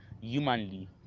humanly